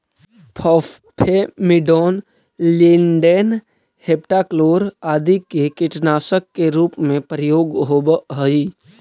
phosphamidon, lindane, heptachlor आदि के कीटनाशक के रूप में प्रयोग होवऽ हई